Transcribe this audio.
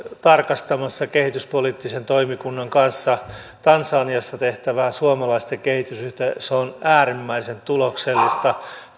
tarkastamassa kehityspoliittisen toimikunnan kanssa tansaniassa tehtävää suomalaista kehitysyhteistyötä ja se on äärimmäisen tuloksellista